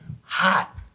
hot